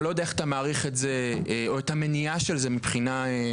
אני לא יודע איך אתה מעריך את זה או את המניעה של זה מבחינה כספית,